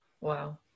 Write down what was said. Wow